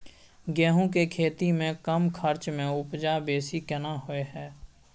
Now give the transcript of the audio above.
गेहूं के खेती में कम खर्च में उपजा बेसी केना होय है?